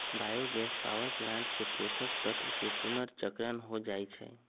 bio gas power plant से पोषक तत्वके पुनर्चक्रण हो जाइ छइ